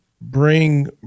bring –